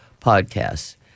podcasts